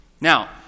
Now